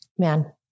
Man